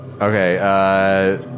Okay